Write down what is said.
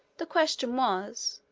the question was,